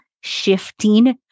shifting